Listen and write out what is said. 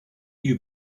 you